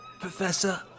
Professor